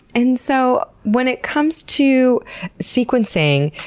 and so when it comes to sequencing,